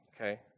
okay